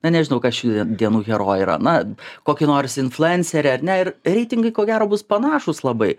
na nežinau ką šių dienų herojai yra na kokį nors influencerę ar ne ir reitingai ko gero bus panašūs labai